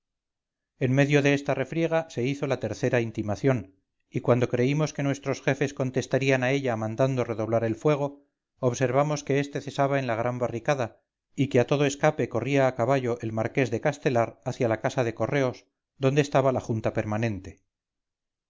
en medio de esta refriega se hizo la tercera intimación y cuando creímos que nuestros jefes contestarían a ella mandando redoblar el fuego observamos que este cesaba en la gran barricada y que a todo escape corría a caballo el marqués de castelar hacia la casa de correos donde estaba la junta permanente